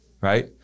right